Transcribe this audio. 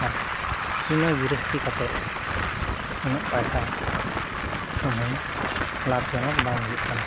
ᱟᱨ ᱤᱱᱟᱹ ᱜᱮᱨᱚᱥᱛᱤ ᱠᱟᱛᱮᱫ ᱩᱱᱟᱹᱜ ᱯᱟᱭᱥᱟ ᱠᱟᱹᱢᱦᱟᱹᱭ ᱞᱟᱵᱷᱡᱚᱱᱚᱠ ᱵᱟᱝ ᱦᱩᱭᱩᱜ ᱠᱟᱱᱟ